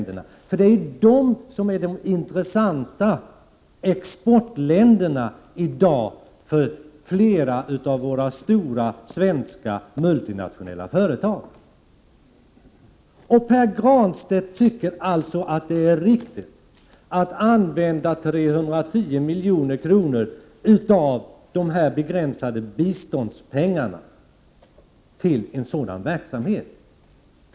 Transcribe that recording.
Det är de som är de intressanta exportländerna i dag för flera av de stora svenska multinationella företagen. Pär Granstedt tycker alltså att det är riktigt att använda 310 milj.kr. av de begränsade biståndspengarna till en sådan verksamhet.